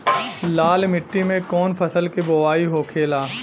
लाल मिट्टी में कौन फसल के बोवाई होखेला?